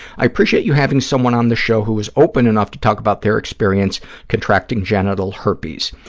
i appreciate you having someone on the show who was open enough to talk about their experience contracting genital herpes.